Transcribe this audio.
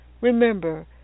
Remember